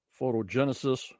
photogenesis